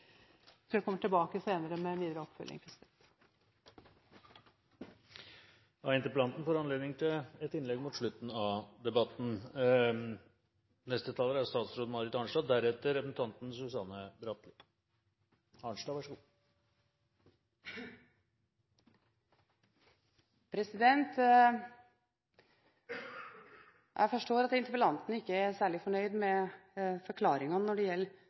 til stede og store. Jeg kommer tilbake senere med en videre oppfølging. Jeg forstår at interpellanten ikke er særlig fornøyd med forklaringene når det